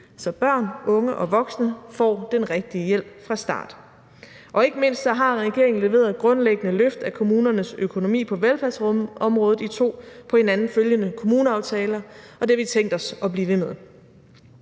så børn, unge og voksne får den rigtige hjælp fra start. Og så har regeringen ikke mindst leveret et grundlæggende løft af kommunernes økonomi på velfærdsområdet i to på hinanden følgende kommuneaftaler, og det har vi tænkt os at blive ved med.